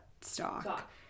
stock